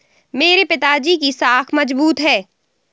मेरे पिताजी की साख मजबूत है